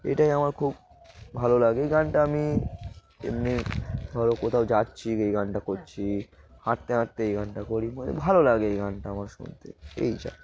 এটাই আমার খুব ভালো লাগে এই গানটা আমি এমনি ধরো কোথাও যাচ্ছি এই গানটা করছি হাঁটতে হাঁটতে এই গানটা করি মানে ভালো লাগে এই গানটা আমার শুনতে এটাই